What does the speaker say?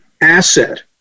asset